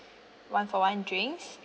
one for one drinks